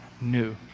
new